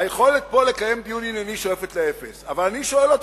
אבל אני שואל אתכם: